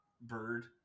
bird